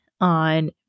on